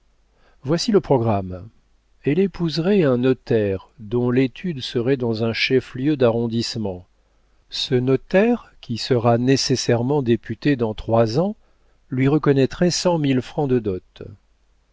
voici le programme elle épouserait un notaire dont l'étude serait dans un chef-lieu d'arrondissement ce notaire qui sera nécessairement député dans trois ans lui reconnaîtrait cent mille francs de dot